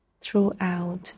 throughout